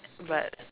but